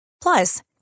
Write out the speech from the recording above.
Plus